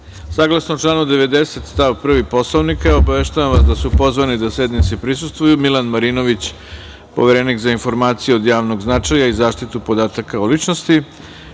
reda. Saglasno članu 90. stav 1. Poslovnika, obaveštavam vas da su pozvani da sednici prisustvuju Milan Marinović - Poverenik za informacije od javnog značaja i zaštitu podataka o ličnosti,